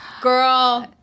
Girl